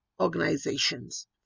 organizations